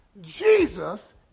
Jesus